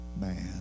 man